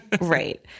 Right